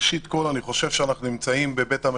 ראשית כול, אני חושב שאנחנו נמצאים בבית המחוקקים,